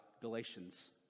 Galatians